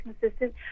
consistent